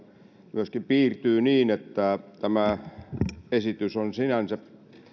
myöskin piirtyy niin että tämä esitys on sinänsä